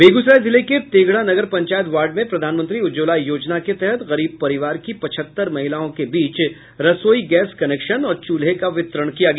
बेगूसराय जिले के तेघड़ा नगर पंचायत वार्ड में प्रधानमंत्री उज्ज्वला योजना के तहत गरीब परिवार की पचहत्तर महिलाओं के बीच रसोई गैस कनेक्शन और चूल्हे का वितरण किया गया